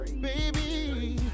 baby